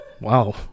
Wow